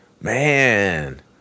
Man